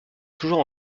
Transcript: toujours